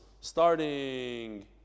starting